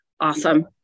awesome